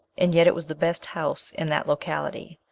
and yet it was the best house in that locality.